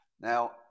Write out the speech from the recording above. Now